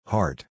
Heart